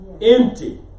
empty